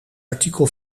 artikel